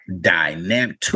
dynamic